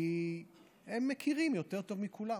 כי הם מכירים יותר טוב מכולם.